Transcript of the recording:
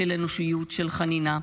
של אנושיות, של חנינה.